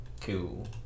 cool